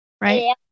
right